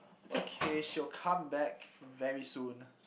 it's okay she will come back very soon